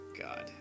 God